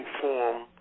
form